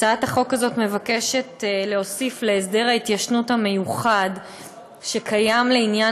הצעת החוק הזאת מבקשת להוסיף להסדר ההתיישנות המיוחד שקיים לעניין